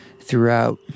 throughout